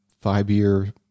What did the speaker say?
five-year